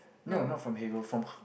no not from Hegel from h~